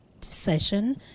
session